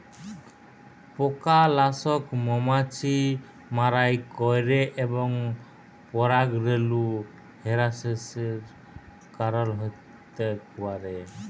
পকালাসক মমাছি মারাই ক্যরে এবং পরাগরেলু হেরাসের কারল হ্যতে পারে